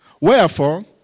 Wherefore